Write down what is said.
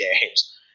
games